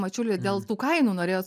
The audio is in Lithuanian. mačiuli dėl tų kainų norėjot